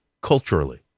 culturally